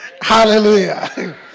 Hallelujah